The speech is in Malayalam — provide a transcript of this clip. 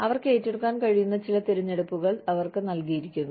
അവർക്ക് ഏറ്റെടുക്കാൻ കഴിയുന്ന ചില തിരഞ്ഞെടുപ്പുകൾ അവർക്ക് നൽകിയിരിക്കുന്നു